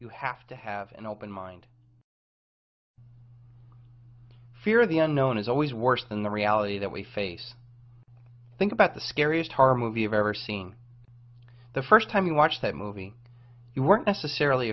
you have to have an open mind fear the unknown is always worse than the reality that we face think about the scariest harm movie i've ever seen the first time you watch that movie you weren't necessarily